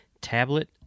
tablet